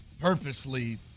purposely